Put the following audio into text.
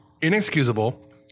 inexcusable